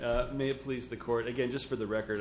for may please the court again just for the record